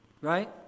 Right